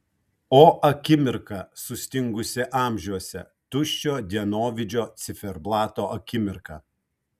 o akimirka sustingusi amžiuose tuščio dienovidžio ciferblato akimirka